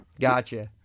Gotcha